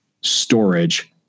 storage